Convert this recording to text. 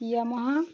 Yamaha